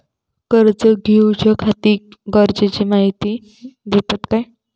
कर्ज घेऊच्याखाती गरजेची माहिती दितात काय?